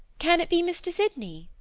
can it be mr. sydney?